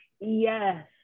yes